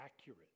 accurate